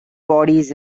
bodies